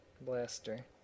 blaster